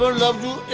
love to